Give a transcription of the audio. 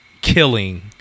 killing